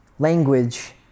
Language